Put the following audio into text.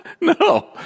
No